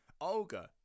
Olga